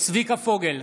צביקה פוגל,